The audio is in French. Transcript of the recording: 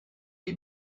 les